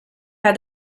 have